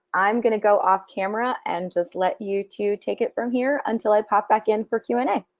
i'm gonna go off camera and just let you two take it from here until i pop back in for q and a.